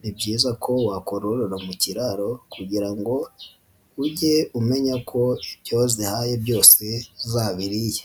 ni byiza ko wakororera mu kiraro kugira ngo ujye umenya ko ibyo wazihaye byose zabiriye.